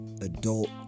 adult